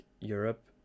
Europe